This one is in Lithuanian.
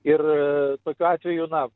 ir tokiu atveju na